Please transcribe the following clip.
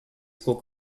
school